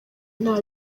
nta